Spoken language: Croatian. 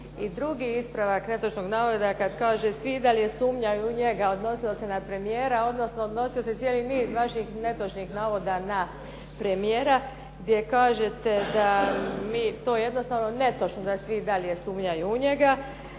I drugi ispravak netočnog navoda kaže svi i dalje sumnjaju u njega odnosilo se na premijera odnosno odnosio se cijeli niz vaših netočnih navoda na premijera gdje kažete da mi to jednostavno netočno, da svi i dalje sumnjaju u njega